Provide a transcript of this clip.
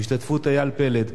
בהשתתפות איל פלד.